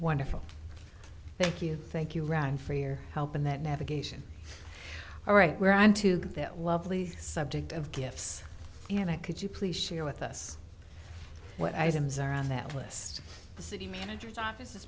wonderful thank you thank you ron for your help in that navigation all right we're on to get that lovely subject of gifts and i could you please share with us what items are on that list the city managers o